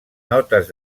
notes